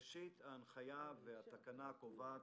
ראשית, ההנחיה והתקנה קובעת